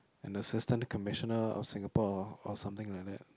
an assistant commission ah of Singapore or or something like that